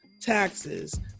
taxes